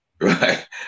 Right